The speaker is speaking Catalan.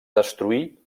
destruí